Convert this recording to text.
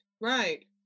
right